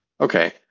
Okay